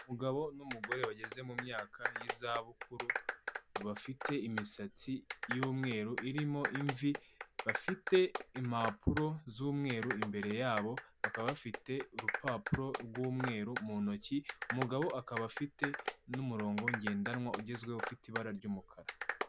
Umugabo n'umugore bageze mu myaka y'izabukuru, bafite imisatsi y'umweru irimo imvi, bafite impapuro z'umweru, imbere yabo, bakaba bafite urupapuro rw'umweru mu ntoki, umugabo akaba afite n'umurongo ngendanwa ugezweho ufite ibara ry'umukara.